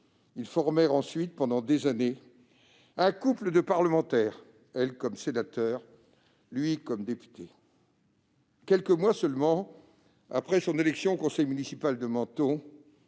Ils formèrent ensuite, pendant des années, un « couple » de parlementaires, elle comme sénateur et lui comme député. Quelques mois seulement après son élection au conseil municipal de Menton,